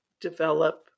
develop